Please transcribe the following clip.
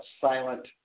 silent